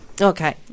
Okay